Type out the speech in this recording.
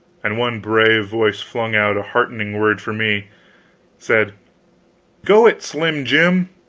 and one brave voice flung out a heartening word for me said go it, slim jim!